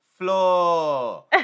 floor